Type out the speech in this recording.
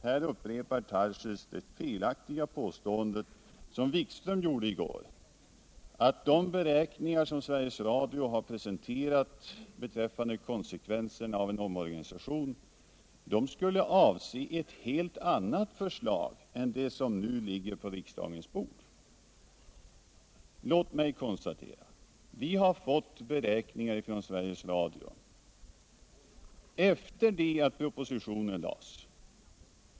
Här upprepar herr Tarschys det felaktiga påstående som herr Wikström gjorde i går, nämligen att de beräkningar som Sveriges Radio har presenterat beträffande konsekvenserna av en omorganisation skulle avse ett helt annat förslag än det som nu ligger på riksdagens bord. Låt mig konstatera: Vi har fått beräkningar från Sveriges Radio efter det att propositionen framlades.